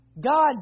God